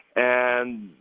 and